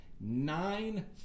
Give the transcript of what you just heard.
nine